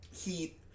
heat